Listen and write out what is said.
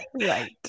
Right